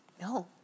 no